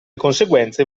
conseguenze